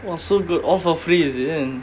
!wah! so good all for free as it